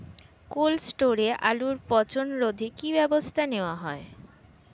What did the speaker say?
Cold স্টোরে আলুর পচন রোধে কি ব্যবস্থা নেওয়া হয়?